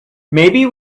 maybe